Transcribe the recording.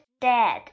dad